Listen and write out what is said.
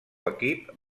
equip